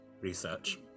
research